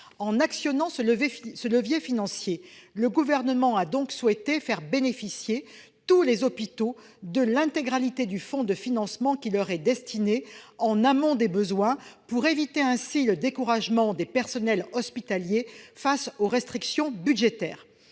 En actionnant ce levier financier, le Gouvernement a donc souhaité faire bénéficier tous les hôpitaux de l'intégralité du fonds de financement qui leur est destiné, en amont des besoins, pour éviter le découragement des personnels hospitaliers face aux restrictions budgétaires.